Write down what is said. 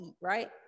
right